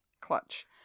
clutch